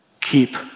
keep